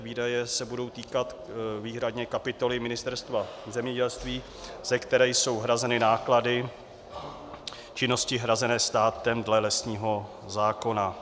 Výdaje se budou týkat výhradně kapitoly Ministerstva zemědělství, ze které jsou hrazeny náklady činnosti hrazené státem dle lesního zákona.